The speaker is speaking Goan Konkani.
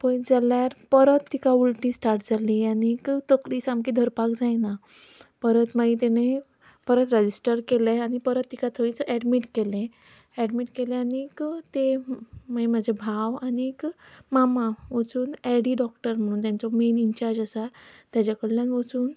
पळयत जाल्यार परत तिका उलटी स्टार्ट जाल्ली आनीक तकली सामकी धरपाक जायना परत मागीर तेणें परत रेजिस्टर केलें आनी परत तिका थंयच एडमिट केलें एडमिट केलें आनीक ते म्हजो भाव आनीक मामा वचून एडी डॉक्टर म्हणून तेंचो मेन इन्चार्ज आसा तेचेकडल्यान वचून